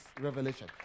revelation